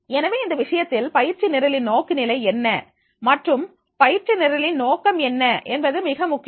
எனவே இந்த விஷயத்தில் பயிற்சி நிரலின் நோக்குநிலை என்ன மற்றும் பயிற்சி நிரலின் நோக்கம் என்ன என்பது மிக முக்கியம்